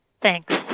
Thanks